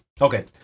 Okay